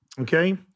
Okay